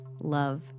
Love